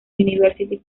university